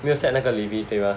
没有 set 那个 limit 对吗